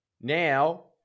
now